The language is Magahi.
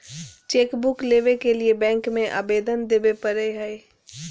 चेकबुक लेबे के लिए बैंक में अबेदन देबे परेय हइ